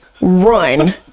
run